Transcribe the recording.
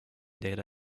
data